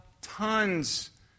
tons